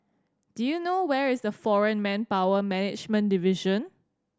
do you know where is the Foreign Manpower Management Division